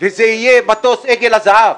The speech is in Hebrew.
וזה יהיה מטוס עגל הזהב,